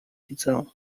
widzę